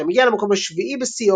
שם הגיע למקום ה-7 בשיאו,